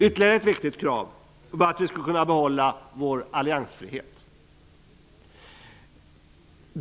Ytterligare ett viktigt krav var att vi skulle kunna behålla vår alliansfrihet.